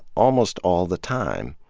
almost all the time.